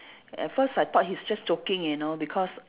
at first I thought he's just joking you know because